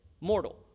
mortal